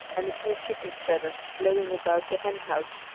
and a few chicken feathers blowing about the hen house,